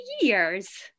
years